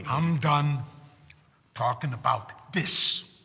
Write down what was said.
i'm done talking about this!